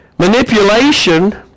Manipulation